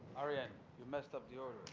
ah yeah you messed up the order.